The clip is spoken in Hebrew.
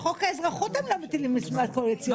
על חוק האזרחות הם לא מטילים משמעת קואליציונית,